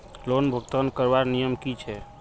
Loan भुगतान करवार नियम की छे?